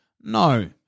no